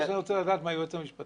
זה מה שאני רוצה לדעת מהיועץ המשפטי.